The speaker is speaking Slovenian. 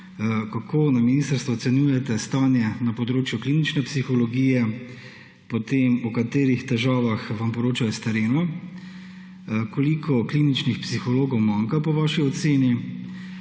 Kako na ministrstvu ocenjujte stanje na področju klinične psihologije? O katerih težavah vam poročajo s terena? Koliko kliničnih psihologov manjka po vaši oceni?